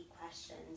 questions